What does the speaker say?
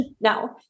No